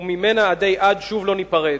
וממנה עדי-עד שוב לא ניפרד.